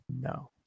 No